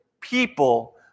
people